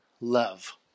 love